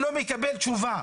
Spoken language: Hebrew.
קיבלת תשובה,